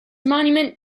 monument